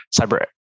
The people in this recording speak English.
cyber